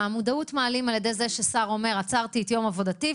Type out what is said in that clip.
מודעות מעלים על ידי זה ששר אומר: עצרתי את יום עבודתי,